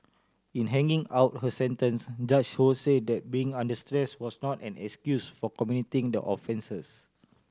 in handing out her sentence Judge Ho said that being under stress was not an excuse for committing the offences